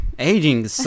Aging